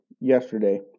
yesterday